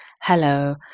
hello